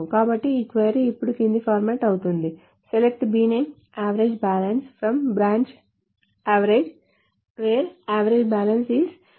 కాబట్టి ఈ క్వరీ ఇప్పుడు కింది ఫార్మాట్ అవుతుంది SELECT bname avg bal FROM branch avg WHERE avg bal 1000